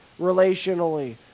relationally